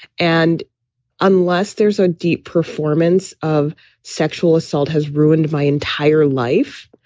and unless there's a deep performance of sexual assault has ruined my entire life.